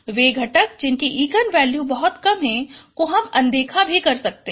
वे घटक जिनके eigen value बहुत कम हैं को हम अनदेखा भी कर सकते हैं